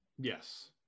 Yes